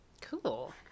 cool